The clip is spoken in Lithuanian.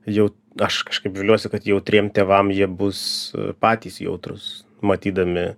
jau aš kažkaip viliuosi kad jautriem tėvam jie bus patys jautrūs matydami